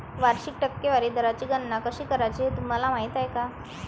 वार्षिक टक्केवारी दराची गणना कशी करायची हे तुम्हाला माहिती आहे का?